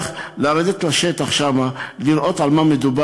אני מציע לך לרדת לשטח ולראות שם על מה מדובר.